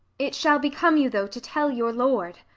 it shall become you tho' to tell your lord.